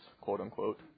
quote-unquote